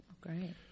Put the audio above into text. Great